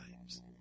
times